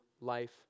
life